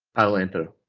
i will enter